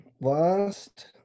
Last